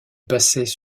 passaient